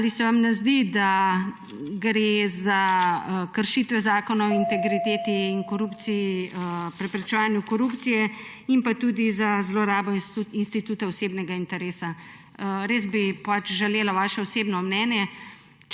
ali se vam ne zdi, da gre za kršitve Zakona o integriteti in preprečevanju korupcije in tudi za zlorabo instituta osebnega interesa? Res bi želela vaše osebno mnenje,